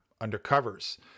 undercovers